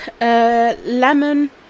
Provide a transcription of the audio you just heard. Lemon